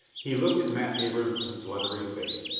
he looked at matt abrahamson's leathery face,